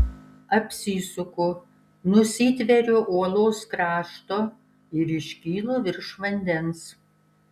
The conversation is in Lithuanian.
apsisuku nusitveriu uolos krašto ir iškylu virš vandens